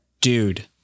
Dude